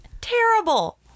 Terrible